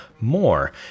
more